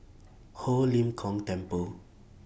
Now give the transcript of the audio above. Ho Lim Kong Temple